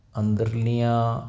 ਅੰਦਰਲੀਆਂ